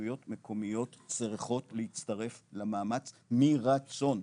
רשויות מקומיות צריכות להצטרף למאמץ מרצון,